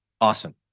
Awesome